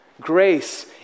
Grace